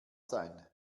sein